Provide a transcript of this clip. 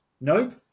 nope